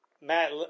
Matt